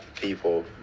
people